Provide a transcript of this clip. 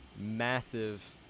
massive